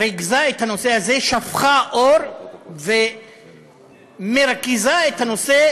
שריכזה את הנושא הזה, שפכה אור ומרכזה את הנושא